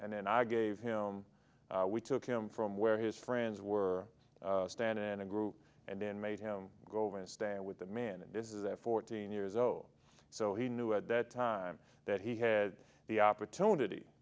and then i gave him we took him from where his friends were standing in a group and then made him go and stand with the man and this is at fourteen years old so he knew at that time that he had the opportunity